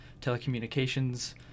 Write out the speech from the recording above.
telecommunications